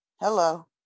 Hello